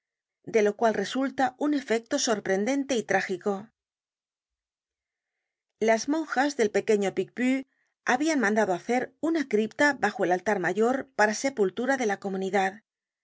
de lo cual resulta un efecto sorprendente y trágico content from google book search generated at las monjas del pequeño picpus habian mandado hacer una cripta bajo el altar mayor para sepultura de la comunidad